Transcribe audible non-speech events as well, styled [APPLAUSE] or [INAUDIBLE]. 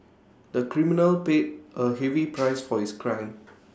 the criminal paid A heavy price [NOISE] for his crime